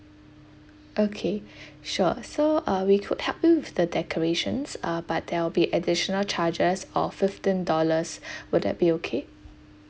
okay sure so uh we could help you with the decorations uh but there will be additional charges of fifteen dollars will that be okay